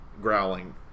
growling